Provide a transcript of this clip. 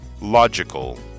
Logical